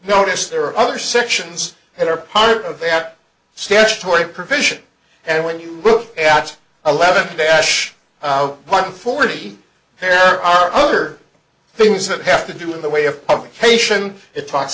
notice there are other sections that are part of that statutory provision and when you look at eleven dash one forty eight there are other things that have to do in the way of publication it talks